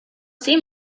seem